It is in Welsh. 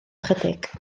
ychydig